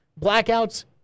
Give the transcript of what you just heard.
blackouts